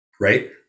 right